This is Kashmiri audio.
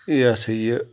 یہِ ہَسا یہِ